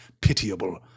pitiable